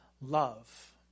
love